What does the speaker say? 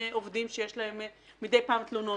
עובדים שיש להם מידי פעם תלונות.